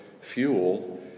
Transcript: fuel